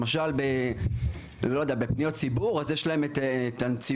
למשל בפניות ציבור, יש להם את הנציבות.